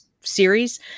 series